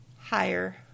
higher